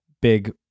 big